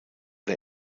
der